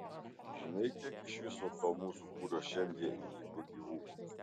žinai kiek iš viso to mūsų būrio šiandie liko gyvų